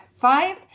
five